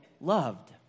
loved